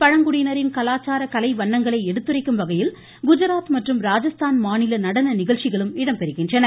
பழங்குடியினரின் கலாச்சார கலை வண்ணங்களை எடுத்துரைக்கும் வகையில் குஜராத் மற்றும் ராஜஸ்தான் மாநில நடன நிகழ்ச்சிகளும் இடம்பெறுகின்றன